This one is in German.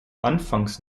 anfangs